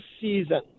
season